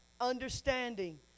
understanding